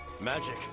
Magic